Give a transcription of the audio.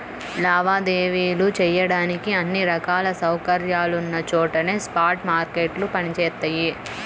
లావాదేవీలు చెయ్యడానికి అన్ని రకాల సౌకర్యాలున్న చోటనే స్పాట్ మార్కెట్లు పనిచేత్తయ్యి